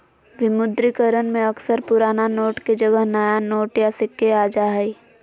विमुद्रीकरण में अक्सर पुराना नोट के जगह नया नोट या सिक्के आ जा हइ